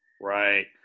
Right